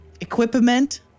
equipment